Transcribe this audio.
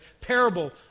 parable